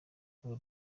kuba